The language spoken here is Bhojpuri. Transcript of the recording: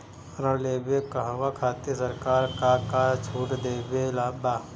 ऋण लेवे कहवा खातिर सरकार का का छूट देले बा?